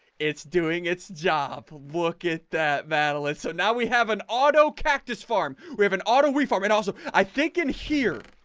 it's doing its job. look at that battle-ax. so now we have an auto cactus farm. we have an auto we farm and also i think in here